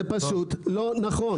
זה פשוט לא נכון.